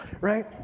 right